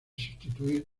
sustituir